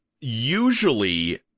usually